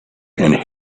and